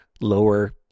lower